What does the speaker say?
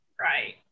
right